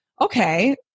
okay